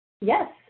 Yes